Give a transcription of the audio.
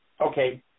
okay